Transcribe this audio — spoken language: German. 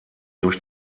durch